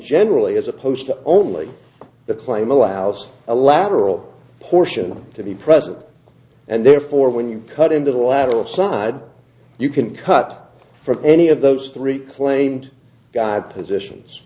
generally as opposed to only that claim a louse a lateral portion to be present and therefore when you cut into the lateral side you can cut from any of those three claimed guy positions